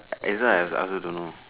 that's why I also don't know